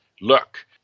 look